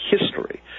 history